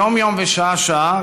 יום-יום ושעה-שעה,